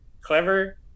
Clever